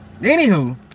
Anywho